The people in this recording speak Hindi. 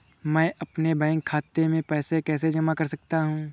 मैं अपने बैंक खाते में पैसे कैसे जमा कर सकता हूँ?